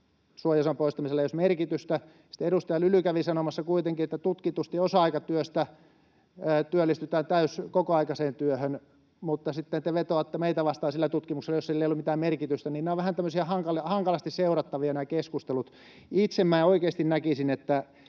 suojaosan poistamisella ei olisi merkitystä. Sitten edustaja Lyly kävi sanomassa kuitenkin, että tutkitusti osa-aikatyöstä työllistytään kokoaikaiseen työhön, mutta sitten te vetoatte meitä vastaan sillä tutkimuksella, jossa sillä ei ole mitään merkitystä, niin nämä keskustelut ovat vähän tämmöisiä hankalasti seurattavia. Itse minä oikeasti näkisin, että